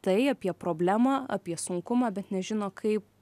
tai apie problemą apie sunkumą bet nežino kaip